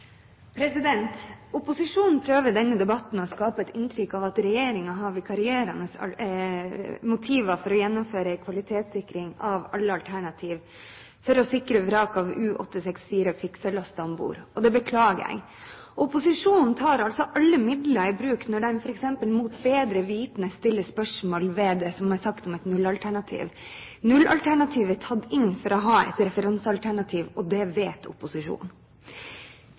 nytt? Opposisjonen prøver i denne debatten å skape et inntrykk av at regjeringen har vikarierende motiver for å gjennomføre en kvalitetssikring av alle alternativer for å sikre vraket av U-864 og kvikksølvlasten om bord. Det beklager jeg. Opposisjonen tar altså alle midler i bruk når den f.eks. mot bedre vitende stiller spørsmål ved det som er sagt om et nullalternativ. Nullalternativet er tatt inn for å ha et referansealternativ, og det vet opposisjonen.